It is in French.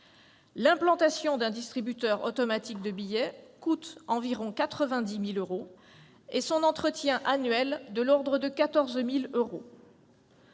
L'implantation d'un distributeur automatique de billets coûte environ 90 000 euros et son entretien annuel, de l'ordre de 14 000 euros.